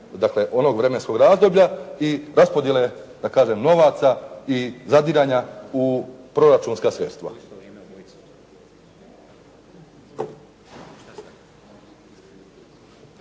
onog vremenskog razdoblja i raspodjele da kažem novaca i zadiranja u proračunska sredstva.